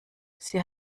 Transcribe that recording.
sie